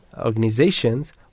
organizations